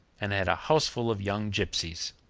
and had a houseful of young gipsies.